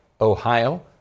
Ohio